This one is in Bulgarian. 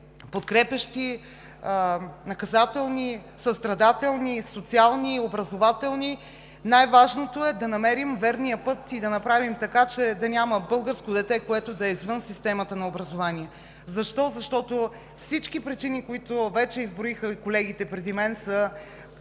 подкрепящи, наказателни, състрадателни, социални и образователни, най-важното е да намерим верния път и да направим така, че да няма българско дете, което да е извън системата на образование. Защо? Защото всички причини, които вече изброиха колегите преди мен, са